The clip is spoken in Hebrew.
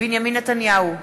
בנימין נתניהו,